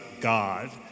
God